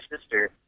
sister